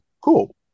Cool